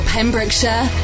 Pembrokeshire